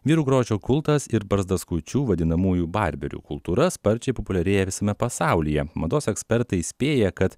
vyrų grožio kultas ir barzdaskučių vadinamųjų barberių kultūra sparčiai populiarėja visame pasaulyje mados ekspertai įspėja kad